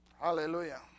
Hallelujah